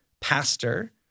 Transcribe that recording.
pastor